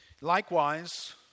Likewise